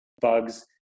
bugs